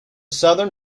southern